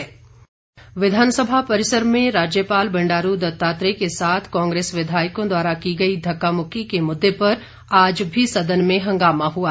point of order विधानसभा परिसर में राज्यपाल बंडारू दत्तात्रेय के साथ कांग्रेस विधायकों द्वारा की गई धक्का मुक्की के मुद्दे पर आज भी सदन में हंगामा हुआ